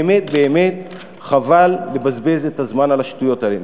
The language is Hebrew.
באמת באמת חבל לבזבז את הזמן על השטויות האלה.